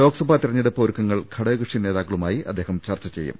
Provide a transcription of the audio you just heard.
ലോക്സഭാ തെരഞ്ഞെടുപ്പ് ഒരുക്കങ്ങൾ ഘടകകക്ഷി നേതാക്കളുമായി അദ്ദേഹം ചർച്ച ചെയ്യും